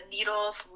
Needles